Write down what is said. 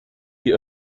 die